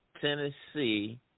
Tennessee